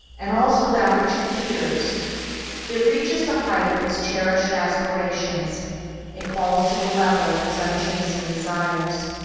and also that which it fears it reaches the height of its cherished aspirations it falls to the level of its unchastened desires